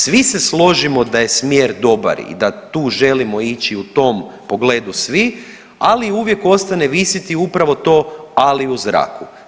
Svi se složimo da je smjer dobar i da tu želimo ići u tom pogledu svi, ali uvijek ostane visiti upravo to „ali“ u zraku.